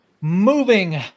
Moving